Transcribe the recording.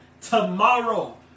tomorrow